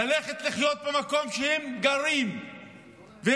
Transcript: ללכת לחיות במקום שהם גרים בו,